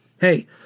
Hey